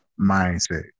mindset